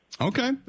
Okay